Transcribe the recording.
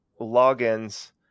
logins